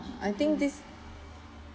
I think this